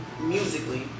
musically